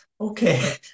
Okay